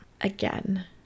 Again